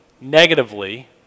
negatively